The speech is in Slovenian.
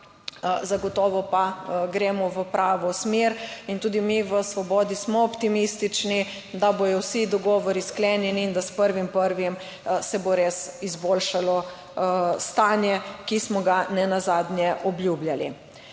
zagotovo pa gremo v pravo smer in tudi mi v Svobodi smo optimistični, da bodo vsi dogovori sklenjeni in da s 1. 1. se bo res izboljšalo stanje, ki smo ga nenazadnje obljubljali.